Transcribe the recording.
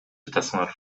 жатасыңар